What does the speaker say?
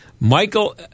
Michael